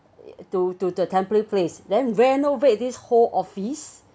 to to the temporary place then renovate this whole office